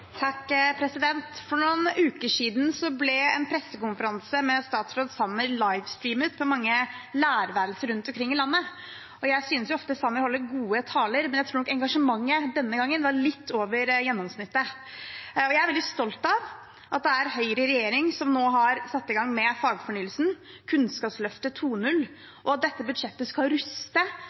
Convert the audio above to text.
For noen uker siden ble en pressekonferanse med statsråd Sanner livestreamet på mange lærerværelser rundt omkring i landet. Jeg synes ofte Sanner holder gode taler, men jeg tror nok engasjementet denne gangen var litt over gjennomsnittet. Jeg er veldig stolt av at det er Høyre i regjering som nå har satt i gang med fagfornyelsen, Kunnskapsløftet 2.0, og at dette budsjettet skal ruste